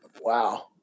wow